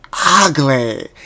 ugly